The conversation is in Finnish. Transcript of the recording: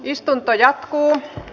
istunto jatkua